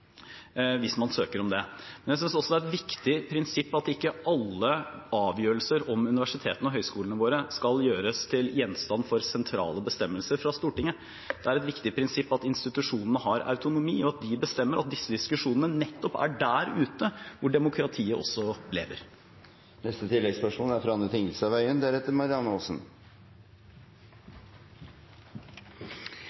man kan innføre kjønnspoeng hvis det søkes om det. Jeg synes også det er et viktig prinsipp at ikke alle avgjørelser om universitetene og høyskolene våre skal gjøres til gjenstand for sentrale bestemmelser fra Stortinget. Det er et viktig prinsipp at institusjonene har autonomi, og at de bestemmer at disse diskusjonene nettopp er der ute, hvor demokratiet også lever.